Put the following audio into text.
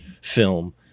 film